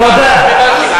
למען הסר ספק,